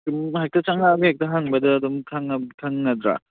ꯁꯨꯝ ꯍꯦꯛꯇ ꯆꯪꯂꯛꯂꯒ ꯍꯦꯛꯇ ꯍꯪꯕꯗ ꯑꯗꯨꯝ ꯈꯪꯂꯗ꯭ꯔꯥ